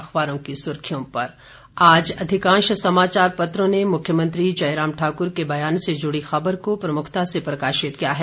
अखबारों की सुर्खियों पर आज अधिकांश समाचार पत्रों ने मुख्यमंत्री जयराम ठाक्र के के बयान से जुड़ी खबर को प्रमुखता से प्रकाशि किया है